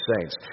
saints